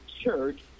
church